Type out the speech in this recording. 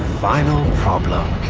final problem.